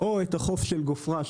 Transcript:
או החוף של גופרה,